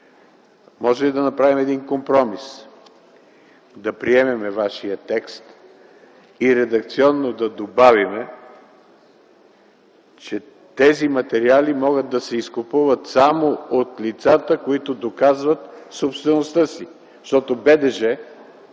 Можем ли да направим един компромис? Да приемем Вашия текст и редакционно да добавим, че тези материали могат да се изкупуват само от лицата, които докажат собствеността си. Когато в БДЖ